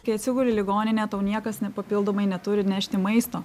kai atsiguli į ligoninę tau niekas nepapildomai neturi nešti maisto